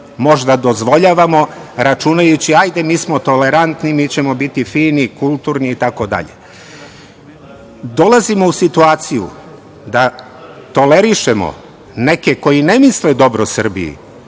možda dozvoljavamo računajući, hajde mi smo tolerantni mi ćemo biti fini, kulturni i tako dalje. Dolazimo u situaciju da tolerišemo neke koji ne misle dobro Srbiji,